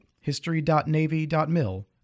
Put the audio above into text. history.navy.mil